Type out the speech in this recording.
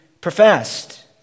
professed